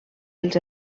els